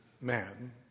man